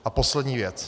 A poslední věc.